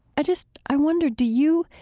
i just, i wonder do you,